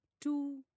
two